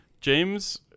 James